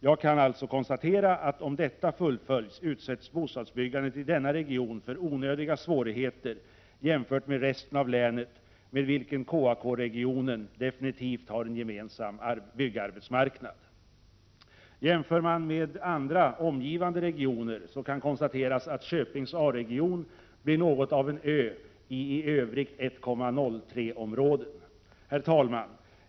Jag kan alltså konstatera att om detta fullföljs, utsätts bostadsbyggandet i denna region för onödiga svårigheter jämfört med resten av länet, med vilket KAK-regionen definitivt har en gemensam byggarbetsmarknad. Jämför man med andra omgivande regioner kan det konstateras att Köpings A-region blir något av en ö omgiven av 1,03-områden. Herr talman!